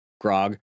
grog